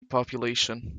population